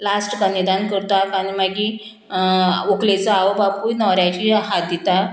last कन्यादान करता आनी मागीर व्हकलेचो आवय बापूय न्हवऱ्याची हात दिता